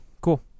Cool